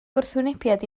gwrthwynebiad